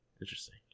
Interesting